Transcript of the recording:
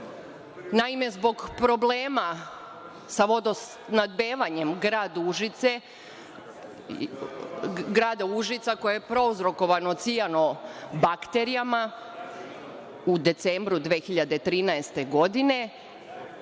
zbog problema sa vodosnabdevanjem grada Užica, koje je prouzrokovano cijano bakterijama, u decembru 2013. godine,